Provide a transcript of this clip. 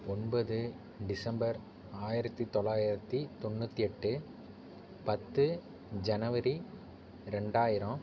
ஒன்பது டிசம்பர் ஆயிரத்து தொள்ளாயிரத்து தொண்ணூற்றி எட்டு பத்து ஜனவரி ரெண்டாயிரம்